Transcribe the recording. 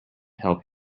help